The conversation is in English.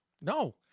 No